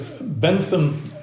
Bentham